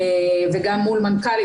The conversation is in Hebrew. וגם מול מנכ"לים,